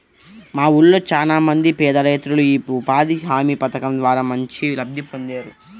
మా ఊళ్ళో చానా మంది పేదరైతులు యీ ఉపాధి హామీ పథకం ద్వారా మంచి లబ్ధి పొందేరు